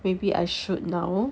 maybe I should now